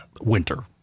winter